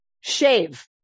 shave